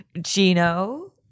Gino